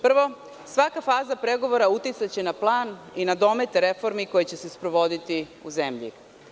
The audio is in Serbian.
Prvo, svaka faza pregovora uticaće na plan i na domet reformi koje će se sprovoditi u zemlji.